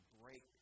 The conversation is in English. break